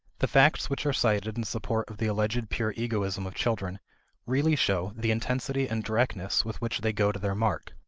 the facts which are cited in support of the alleged pure egoism of children really show the intensity and directness with which they go to their mark.